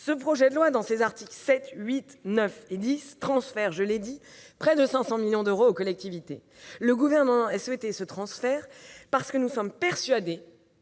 Ce projet de loi, dans ses articles 7 à 10, transfère, comme je l'ai expliqué, près de 500 millions d'euros aux collectivités. Le Gouvernement a souhaité ce transfert parce qu'il est persuadé